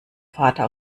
vater